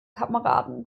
kameraden